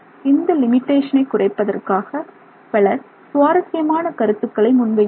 இந்த லிமிடேஷனை குறைப்பதற்காக பலர் சுவாரஸ்யமான கருத்துக்களை முன்வைத்துள்ளனர்